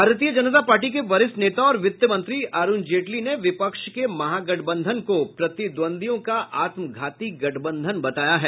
भारतीय जनता पार्टी के वरिष्ठ नेता और वित्त मंत्री अरूण जेटली ने विपक्ष के महागठबंधन को प्रतिद्वंदियों का आत्मघाती गठबंधन बताया है